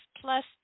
plus